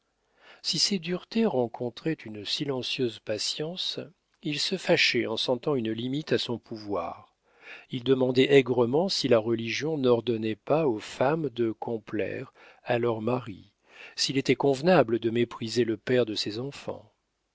si ses duretés rencontraient une silencieuse patience il se fâchait en sentant une limite à son pouvoir il demandait aigrement si la religion n'ordonnait pas aux femmes de complaire à leurs maris s'il était convenable de mépriser le père de ses enfants